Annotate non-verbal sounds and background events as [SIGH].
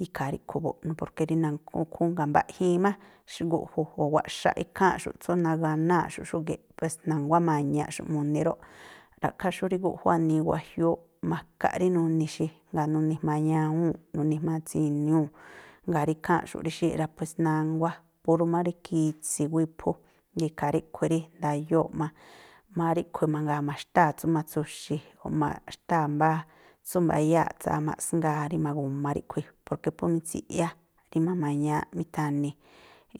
Ikhaa ríꞌkhui̱ [UNINTELLIGIBLE] porke rí [UNINTELLIGIBLE] jngáa̱ mbaꞌjiin má gu̱ꞌju̱ o̱ wa̱ꞌxaꞌ ikháa̱nꞌxu̱ꞌ tsú naganáa̱nꞌxu̱ꞌ xúgi̱ꞌ, pues na̱nguá ima̱ñaꞌxu̱ꞌ mu̱ni̱ rúꞌ. Ra̱ꞌkhááꞌ xú rí gu̱ꞌjú wanii wajiúúꞌ, makaꞌ rí nuni̱ xi, jngáa̱ nuni̱ jma̱a ñawúu̱nꞌ, nuni̱ jma̱a tsiniuu̱, jngáa̱ rí ikháa̱nꞌxu̱ꞌ rí xíi̱ꞌ rá, pues nánguá, púrú má rí khitsi̱ ú iphú, jngáa̱ ikhaa ríꞌkhui̱ rí ndayóo̱ má ríꞌkhui̱ mangaa, ma̱xtáa̱ tsú matsu̱xi̱ o̱ ma̱xtáa̱ mbáá tsú mbayáa̱ tsáá maꞌsngáá rí ma̱gu̱ma ríꞌkhui̱, porke phú mitsiꞌyá rí ma̱ma̱ñaaꞌ mi̱tha̱ni̱